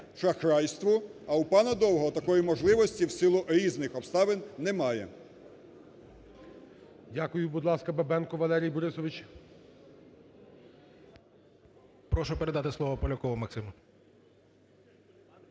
а в пана Довгого такої можливості, в силу різних обставин, немає.